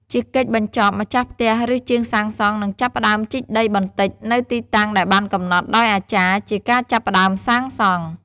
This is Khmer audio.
ជាកិច្ចបញ្ចប់ ម្ចាស់ផ្ទះ ឬ ជាងសាងសង់ នឹងចាប់ផ្តើមជីកដីបន្តិចនៅទីតាំងដែលបានកំណត់ដោយអាចារ្យ ជាការចាប់ផ្តើមសាងសង់។